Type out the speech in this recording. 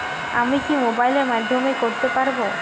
আমি কি মোবাইলের মাধ্যমে করতে পারব?